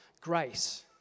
grace